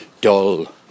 dull